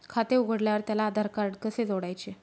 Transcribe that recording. खाते उघडल्यावर त्याला आधारकार्ड कसे जोडायचे?